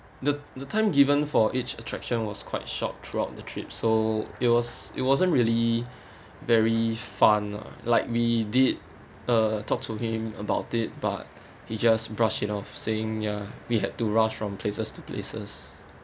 the the time given for each attraction was quite short throughout the trip so it was it wasn't really very fun lah like we did uh talk to him about it but he just brushed it off saying ya we had to rush from places to places